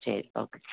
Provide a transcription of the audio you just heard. ശരി ഓക്കെ